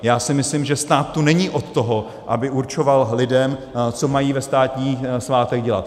Já si myslím, že stát tu není od toho, aby určoval lidem, co mají ve státní svátek dělat.